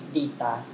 data